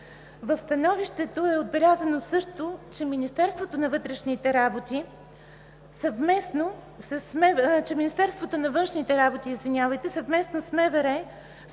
В становището е отбелязано също, че Министерството па външните работи, съвместно с МВР